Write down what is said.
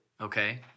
Okay